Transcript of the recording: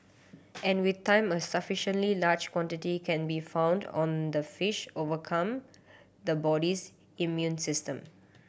and with time a sufficiently large quantity can be found on the fish overcome the body's immune system